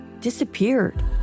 disappeared